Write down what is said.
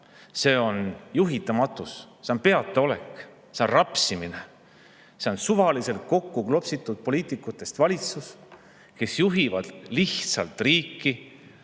see on juhitamatus, see on peataolek, see on rapsimine, see on suvaliselt kokku klopsitud poliitikutest valitsus, kes juhivad lihtsalt riiki